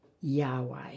Yahweh